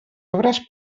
obres